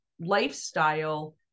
lifestyle